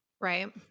right